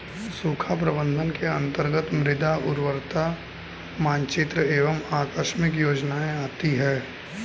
सूखा प्रबंधन के अंतर्गत मृदा उर्वरता मानचित्र एवं आकस्मिक योजनाएं आती है